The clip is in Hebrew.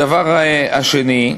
הדבר השני,